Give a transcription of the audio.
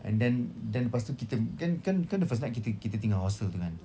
and then then lepas tu kita kan kan kan the first night kita kita tinggal hostel tu kan